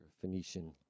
phoenician